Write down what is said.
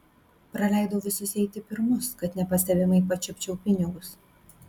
praleidau visus eiti pirmus kad nepastebimai pačiupčiau pinigus